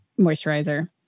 moisturizer